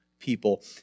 people